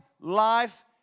life